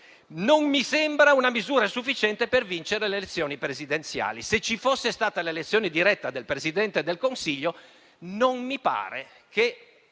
non mi sembra una misura sufficiente per vincere le elezioni presidenziali. Se ci fosse stata l'elezione diretta del Presidente del Consiglio, non mi pare che